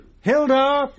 Hilda